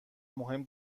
مهم